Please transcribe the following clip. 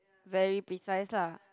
very precise lah